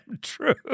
true